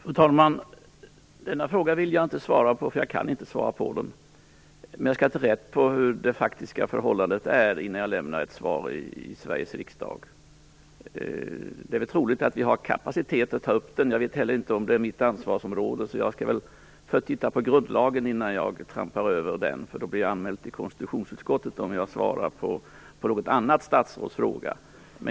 Fru talman! Jag vill inte svara på denna fråga, därför att jag kan inte svara på den. Jag skall ta reda på hur det faktiska förhållandet är innan jag lämnar ett svar i Sveriges riksdag. Det är troligt att vi har kapacitet att ta upp bomben. Jag vet inte heller om denna fråga hör till mitt ansvarsområde, så jag får titta på grundlagen innan jag trampar över den; jag blir anmäld till konstitutionsutskottet om jag svarar på något annat statsråds fråga.